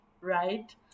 right